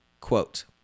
Quote